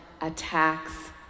attacks